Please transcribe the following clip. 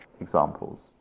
examples